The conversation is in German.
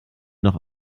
noch